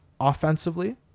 offensively